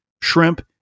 shrimp